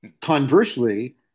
conversely